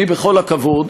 אני, בכל הכבוד,